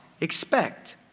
expect